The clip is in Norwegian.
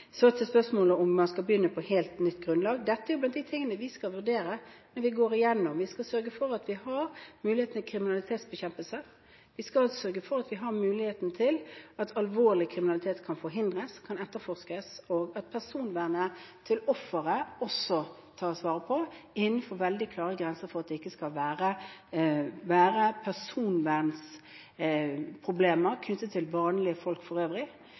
Så til spørsmålet om man skal begynne på helt nytt grunnlag. Dette er blant de tingene vi skal vurdere når vi går igjennom saken. Vi skal sørge for at vi har muligheten til kriminalitetsbekjempelse, vi skal sørge for at vi har muligheten til at alvorlig kriminalitet kan forhindres, at den kan etterforskes, og at personvernet til offeret også tas vare på, innenfor veldig klare grenser, for at det ikke skal være personvernproblemer knyttet til folk for øvrig.